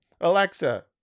Alexa